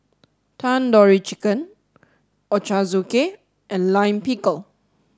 Tandoori Chicken Ochazuke and Lime Pickle